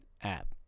app